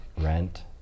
rent